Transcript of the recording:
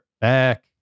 back